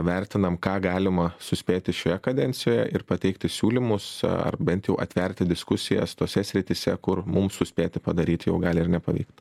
vertinam ką galima suspėti šioje kadencijoje ir pateikti siūlymus ar bent jau atverti diskusijas tose srityse kur mums suspėti padaryt jau gali ir nepavykt